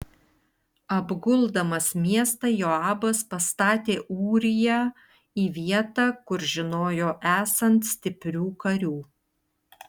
apguldamas miestą joabas pastatė ūriją į vietą kur žinojo esant stiprių karių